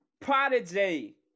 Prodigy